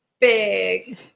big